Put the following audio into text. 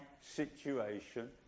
situation